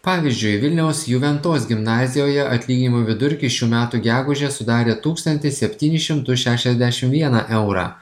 pavyzdžiui vilniaus juventos gimnazijoje atlyginimų vidurkis šių metų gegužę sudarė tūkstantį septynis šimtus šešiasdešim vieną eurą